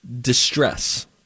distress